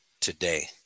today